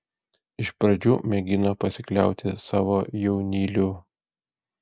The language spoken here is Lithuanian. iš pradžių mėgino pasikliauti savo jaunyliu